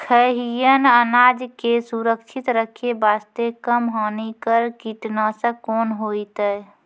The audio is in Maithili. खैहियन अनाज के सुरक्षित रखे बास्ते, कम हानिकर कीटनासक कोंन होइतै?